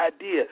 idea